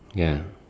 ya